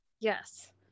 Yes